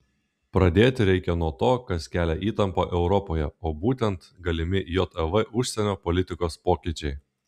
pradėti reikia nuo to kas kelia įtampą europoje o būtent galimi jav užsienio politikos pokyčiai